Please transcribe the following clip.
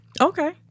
Okay